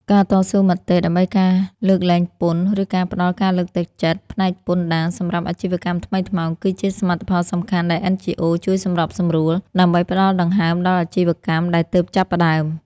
ការតស៊ូមតិដើម្បីការលើកលែងពន្ធ ឬការផ្ដល់ការលើកទឹកចិត្តផ្នែកពន្ធដារសម្រាប់ អាជីវកម្មថ្មីថ្មោង គឺជាសមិទ្ធផលសំខាន់ដែល NGOs ជួយសម្របសម្រួល ដើម្បីផ្ដល់ដង្ហើមដល់អាជីវកម្មដែលទើបចាប់ផ្ដើម។